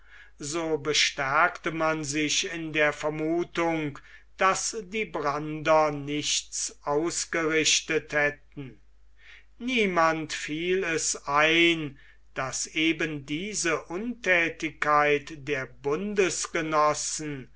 so bestärkte man sich in der vermuthung daß die brander nichts ausgerichtet hätten niemand fiel es ein daß eben diese unthätigkeit der